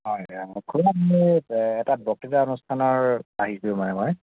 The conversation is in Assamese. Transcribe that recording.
হয় এটা বক্তৃতা অনুষ্ঠানত আহিছিলোঁ মানে মই